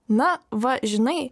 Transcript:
na va žinai